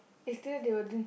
if they will drink